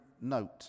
note